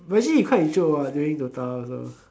imagine you what during dota also